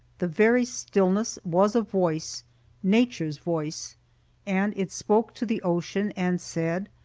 the very stillness was a voice nature's voice and it spoke to the ocean and said,